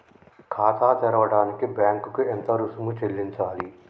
ఖాతా తెరవడానికి బ్యాంక్ కి ఎంత రుసుము చెల్లించాలి?